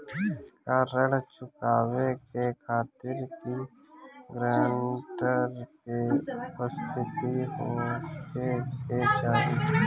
का ऋण चुकावे के खातिर भी ग्रानटर के उपस्थित होखे के चाही?